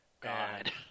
God